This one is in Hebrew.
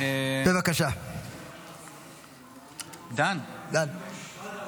אושרה בקריאה הראשונה ותחזור לדיון בוועדת